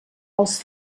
els